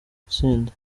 itsinda